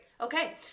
Okay